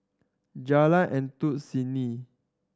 Jalan Endut Senin